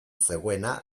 zegoena